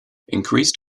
increased